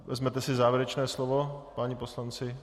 Vezmete si závěrečné slovo, páni poslanci?